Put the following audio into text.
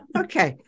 okay